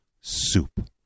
soup